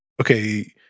okay